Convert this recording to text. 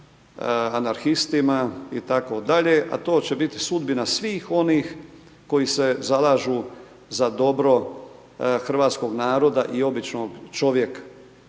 anarhistima i tako dalje, a to će biti sudbina svih onih koji se zalažu za dobro hrvatskog naroda i običnog čovjeka.